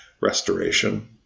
restoration